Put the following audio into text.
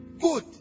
Good